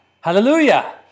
Hallelujah